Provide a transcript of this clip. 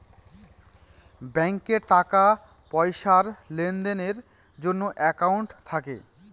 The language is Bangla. ব্যাঙ্কে টাকা পয়সার লেনদেনের জন্য একাউন্ট থাকে